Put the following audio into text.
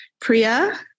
Priya